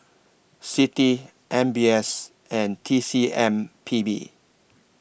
CITI M B S and T C M P B